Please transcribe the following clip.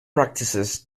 practices